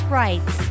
rights